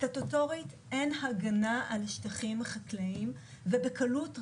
סטטוטורית אין הגנה על שטחים חקלאיים ובקלות רבה,